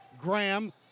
Graham